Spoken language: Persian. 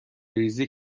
ریزی